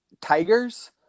Tigers